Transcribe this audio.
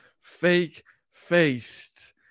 fake-faced